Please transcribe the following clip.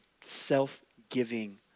self-giving